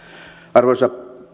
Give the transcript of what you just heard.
arvoisa